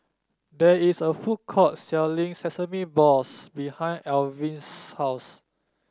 there is a food court selling Sesame Balls behind Alvy's house